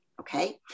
Okay